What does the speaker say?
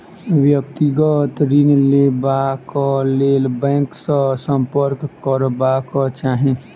व्यक्तिगत ऋण लेबाक लेल बैंक सॅ सम्पर्क करबाक चाही